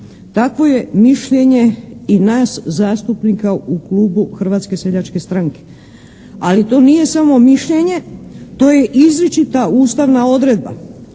Takvo je mišljenje i nas zastupnika u klubu Hrvatske seljačke stranke. Ali to nije samo mišljenje, to je izričita ustavna odredba.